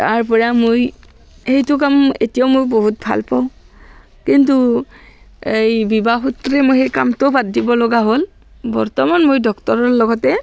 তাৰ পৰা মই সেইটো কাম এতিয়াও মই বহুত ভাল পাওঁ কিন্তু এই বিবাহসূত্ৰে মই সেই কামটো বাদ দিব লগা হ'ল বৰ্তমান মই ডক্তৰৰ লগতে